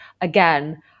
Again